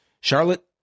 Charlotte